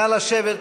נא לשבת.